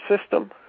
system